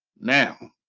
Now